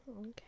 Okay